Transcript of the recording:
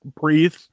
Breathe